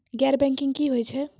गैर बैंकिंग की होय छै?